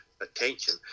attention